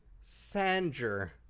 Sanger